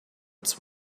its